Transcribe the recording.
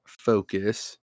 focus